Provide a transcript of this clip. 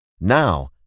Now